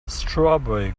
strawberry